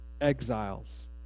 exiles